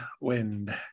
Wind